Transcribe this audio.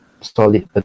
solid